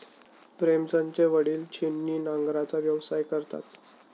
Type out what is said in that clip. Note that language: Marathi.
प्रेमचंदचे वडील छिन्नी नांगराचा व्यवसाय करतात